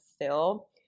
fill